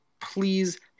please